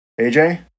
aj